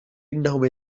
إنهم